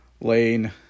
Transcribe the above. Lane